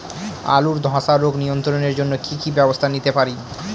আলুর ধ্বসা রোগ নিয়ন্ত্রণের জন্য কি কি ব্যবস্থা নিতে পারি?